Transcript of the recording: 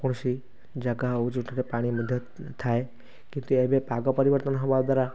କୌଣସି ଜାଗା ହେଉ ଯୋଉଥିରେ ପାଣି ମଧ୍ୟ ଥାଏ କିନ୍ତୁ ଏବେ ପାଗ ପରିବର୍ତ୍ତନ ହେବା ଦ୍ଵାରା